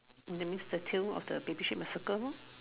the means the tail of the baby sheep must circle